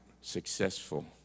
successful